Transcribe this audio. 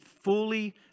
fully